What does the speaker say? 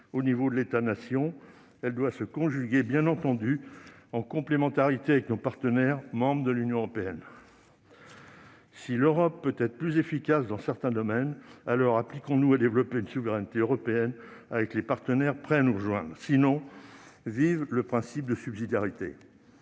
au niveau de l'État-nation. Elle doit se conjuguer, bien entendu, en complémentarité avec nos partenaires membres de l'Union européenne. Si l'Europe peut être plus efficace dans certains domaines, alors appliquons-nous à développer une souveraineté européenne avec les partenaires prêts à nous rejoindre ! Sinon, vive le principe de subsidiarité